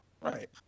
right